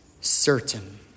certain